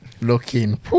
looking